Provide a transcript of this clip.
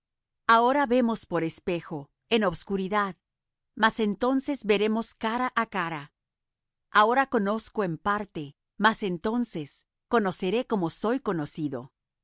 ahora vemos por espejo en obscuridad mas entonces veremos cara á cara ahora conozco en parte mas entonces conoceré como soy conocido